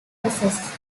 process